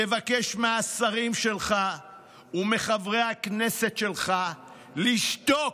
תבקש מהשרים שלך ומחברי הכנסת שלך לשתוק,